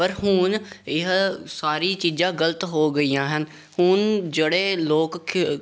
ਪਰ ਹੁਣ ਇਹ ਸਾਰੀ ਚੀਜ਼ਾਂ ਗਲਤ ਹੋ ਗਈਆਂ ਹਨ ਹੁਣ ਜਿਹੜੇ ਲੋਕ ਖੇ